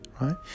right